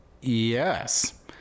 Yes